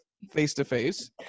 face-to-face